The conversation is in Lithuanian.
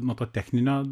nuo to techninio